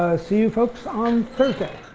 see you folks on thursday.